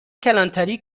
کلانتری